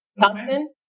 Thompson